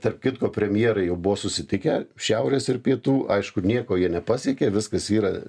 tarp kitko premjerai jau buvo susitikę šiaurės ir pietų aišku nieko jie nepasiekė viskas yra